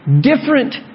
different